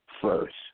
First